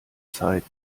zeit